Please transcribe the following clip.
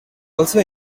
also